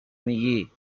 میگیی